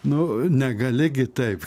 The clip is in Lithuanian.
nu negali gi taip